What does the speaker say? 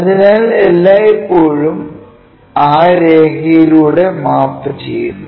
അതിനാൽ എല്ലായ്പ്പോഴും ആ രേഖയിലൂടെ മാപ്പുചെയ്യുന്നു